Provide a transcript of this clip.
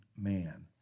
man